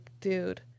dude